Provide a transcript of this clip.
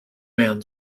man